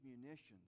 munitions